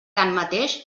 tanmateix